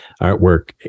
artwork